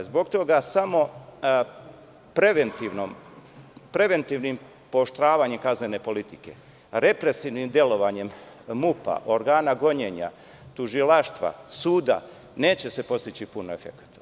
Zbog toga, samo preventivnim pooštravanjem kaznene politike, represivnim delovanjem MUP, organa gonjenja, tužilaštva, suda, neće se postići pun efekat.